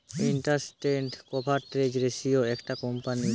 interest coverage ratio একটা কোম্পানীর